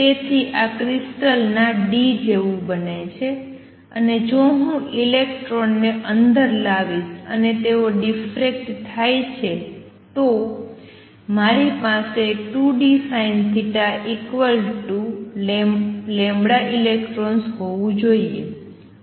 તેથી આ ક્રિસ્ટલના d જેવું બને છે અને જો હું ઇલેક્ટ્રોનને અંદર લાવીશ અને તેઓ ડિફરેક્ટ થય જાય તો મારી પાસે 2 d sinθelectrons હોવું જોઈએ